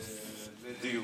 זה דיון,